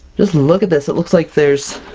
just look at this! it looks like there's